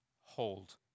hold